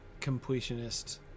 completionist